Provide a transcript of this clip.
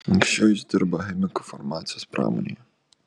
anksčiau jis dirbo chemiku farmacijos pramonėje